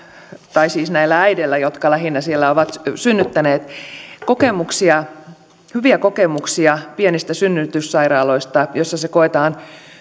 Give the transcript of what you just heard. tai näillä äideillä jotka lähinnä ovat synnyttäneet on hyviä kokemuksia pienistä synnytyssairaaloista joissa se koetaan